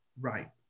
Right